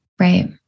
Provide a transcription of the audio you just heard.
Right